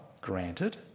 granted